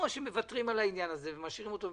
או שמוותרים על העניין הזה ומשאירים את הרשות